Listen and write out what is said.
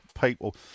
people